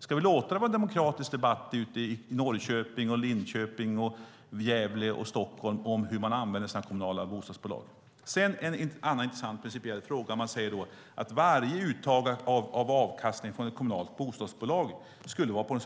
Ska vi låta det vara en demokratisk debatt i Norrköping, Linköping, Gävle och Stockholm om hur man använder sina kommunala bostadsbolag? Jag ska ta upp en annan intressant principiell fråga. Man säger att varje uttag av avkastning från ett kommunalt bostadsbolag på något sätt skulle vara